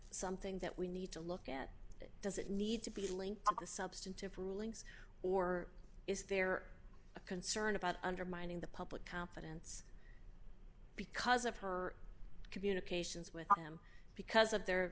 something that we need to look at it doesn't need to be linked to substantive rulings or is there a concern about undermining the public confidence because of her communications with because of their